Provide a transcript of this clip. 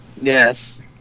Yes